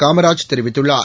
காமராஜ் தெரிவித்துள்ளார்